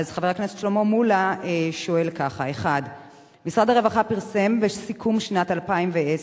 חבר הכנסת שלמה מולה שואל ככה: 1. משרד הרווחה פרסם בסיכום שנת 2010,